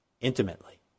intimately